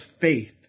faith